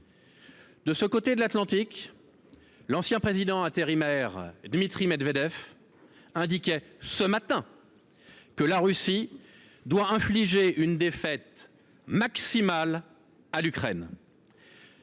De l’autre côté de l’Atlantique, l’ancien président intérimaire Dimitri Medvedev indiquait ce matin que la Russie devait infliger une défaite « maximale » à l’Ukraine.